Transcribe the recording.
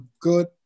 good